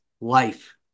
life